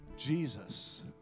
Jesus